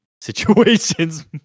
situations